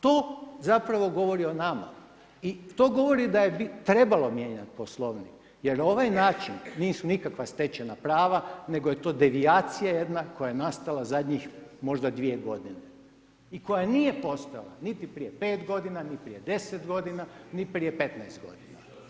To zapravo govori o nama, to govori da je trebalo mijenjati Poslovnik jer ovaj način nisu nikakva stečajna prava nego je to devijacija jedna koja nastala zadnjih možda 2 godine i koja nije postojala niti prije 5 godina, ni prije 10 godina ni prije 15 godina.